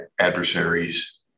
adversaries